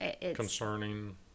Concerning